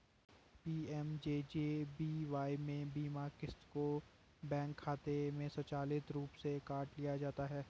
PMJJBY में बीमा क़िस्त को बैंक खाते से स्वचालित रूप से काट लिया जाता है